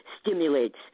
stimulates